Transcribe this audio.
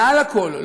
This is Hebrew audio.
ומעל לכול,